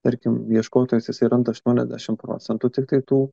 tarkim ieškotojas jisai randa aštuoniasdešim procentų tiktai tų